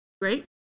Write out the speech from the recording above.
Great